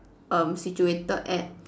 um situated at